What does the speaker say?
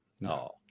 no